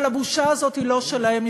אבל הבושה הזאת היא לא שלהם,